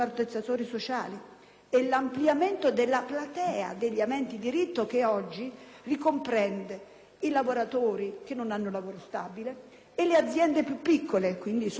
e l'ampliamento della platea degli aventi diritto che oggi ricomprende i lavoratori che non hanno un lavoro stabile e le aziende più piccole: sono dunque ammortizzatori